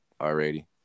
already